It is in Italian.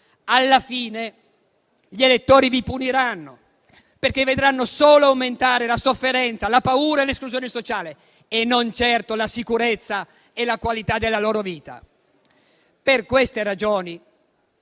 alla fine gli elettori vi puniranno, perché vedranno solo aumentare la sofferenza, la paura e l'esclusione sociale e non certo la sicurezza e la qualità della loro vita. Per queste ragioni